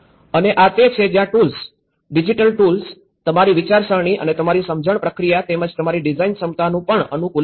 અને આ તે છે જ્યાં ટૂલ્સ ડિજિટલ ટૂલ્સ તમારી વિચારસરણી અને તમારી સમજણ પ્રક્રિયા તેમજ તમારી ડિઝાઇન ક્ષમતાનું પણ અનુકૂલન કરે છે